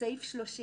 סעיף 30